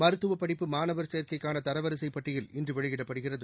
மருத்துவபடிப்பு மாணவர் சேர்க்கைக்கானதரவரிசைபட்டியல் இன்றுவெளியிடப்படுகிறது